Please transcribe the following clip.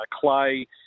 clay